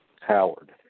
Howard